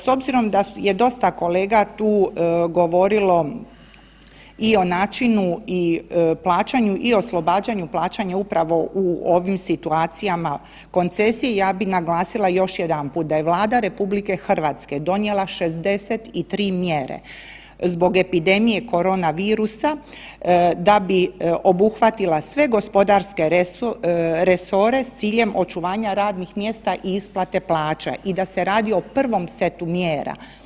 S obzirom da je dosta kolega tu govorili i o načinu i plaćanju i oslobađanju plaćanja upravo u ovim situacijama koncesiji ja bih naglasila još jedanput, da je Vlada RH donijela 63 mjere zbog epidemije korona virusa da bi obuhvatila sve gospodarske resore s ciljem očuvanja radnih mjesta i isplate plaća i da se radi o prvom setu mjera.